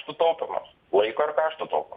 sutaupymas laiko ir kaštų taupo